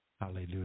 Hallelujah